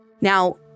now